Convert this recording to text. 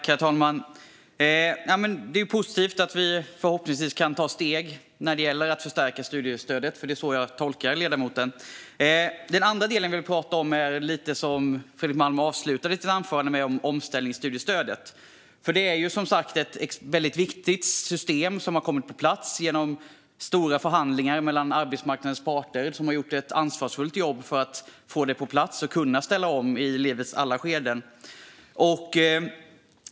Herr talman! Det är positivt att vi förhoppningsvis kan ta steg när det gäller att förstärka studiestödet, för det är så jag tolkar ledamoten. Den andra delen jag vill prata om är det som Fredrik Malm avslutade sitt anförande med, alltså omställningsstudiestödet. Det är som sagt ett väldigt viktigt system som har kommit på plats genom stora förhandlingar mellan arbetsmarknadens parter. De har gjort ett ansvarsfullt jobb för att människor ska kunna ställa om i livets alla skeden.